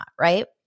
right